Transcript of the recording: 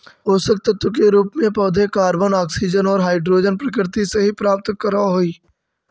पोषकतत्व के रूप में पौधे कॉर्बन, ऑक्सीजन और हाइड्रोजन प्रकृति से ही प्राप्त करअ हई